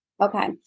Okay